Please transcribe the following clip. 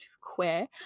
Queer